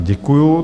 Děkuju.